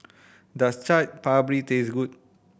does Chaat Papri taste good